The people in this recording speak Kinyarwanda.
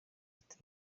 bati